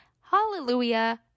hallelujah